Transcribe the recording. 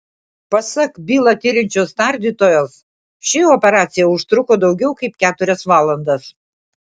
pasak bylą tiriančios tardytojos ši operacija užtruko daugiau kaip keturias valandas